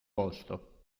posto